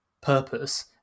purpose